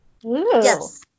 Yes